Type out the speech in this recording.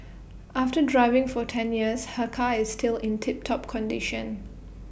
after driving for ten years her car is still in tip top condition